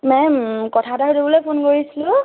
ma'am কথা এটা সুধিবলৈ ফোন কৰিছিলোঁ